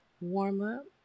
warm-up